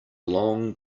long